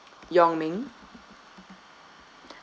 yong ming